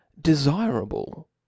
desirable